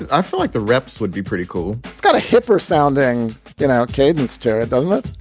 and i feel like the refs would be pretty cool. got a hipper sounding out cadence terror, doesn't it?